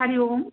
Hari Om